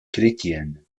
chrétienne